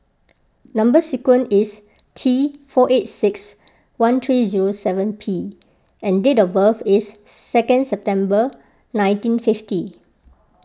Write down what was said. Number Sequence is T four eight six one three zero seven P and date of birth is second September nineteen fifty